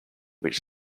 which